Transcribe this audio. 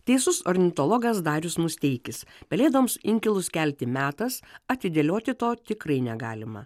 teisus ornitologas darius musteikis pelėdoms inkilus kelti metas atidėlioti to tikrai negalima